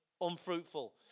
unfruitful